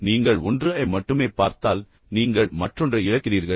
நீங்கள் 1 ஐ மட்டுமே பார்த்தால் நீங்கள் மற்றொன்றை இழக்கிறீர்கள்